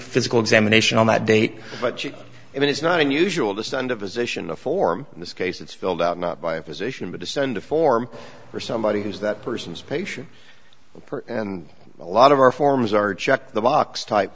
physical examination on that date but you and it's not unusual to send a physician a form in this case it's filled out not by a physician but to send a form or somebody who's that person's patient and a lot of our forms are checked the box type